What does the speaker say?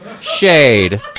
Shade